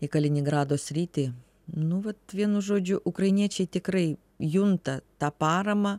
į kaliningrado sritį nu vat vienu žodžiu ukrainiečiai tikrai junta tą paramą